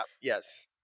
Yes